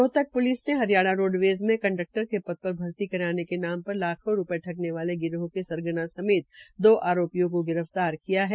Rohtak police ने Haryana roadways में conductor के पद पर भर्ती कराने के नाम पर लाखों रूपये ठगने वाले गिरोह के सरगना समेत दो आरोपियों को गिरफ्तार किया है